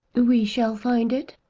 we shall find it?